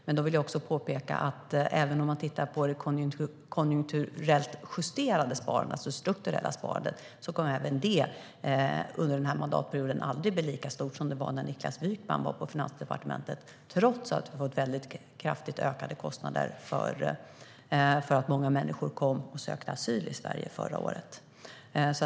Jag vill påpeka att det konjunkturellt justerade sparandet, det strukturella sparandet, inte heller det kommer att bli lika stort under den här mandatperioden som det var när Niklas Wykman var på Finansdepartementet, trots att vi har fått väldigt kraftigt ökade kostnader för att många människor kom och sökte asyl i Sverige förra året.